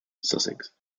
sussex